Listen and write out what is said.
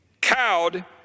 cowed